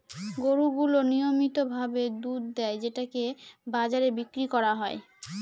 গরু গুলো নিয়মিত ভাবে দুধ দেয় যেটাকে বাজারে বিক্রি করা হয়